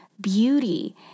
beauty